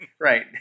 right